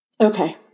Okay